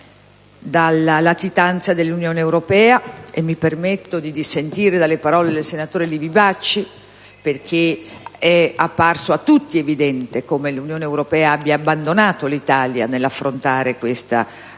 dalla latitanza dell'Unione Europea. Al riguardo mi permetto di dissentire dalle parole del senatore Livi Bacci perché è apparso a tutti evidente come l'Unione Europea abbia abbandonato l'Italia nell'affrontare questa drammatica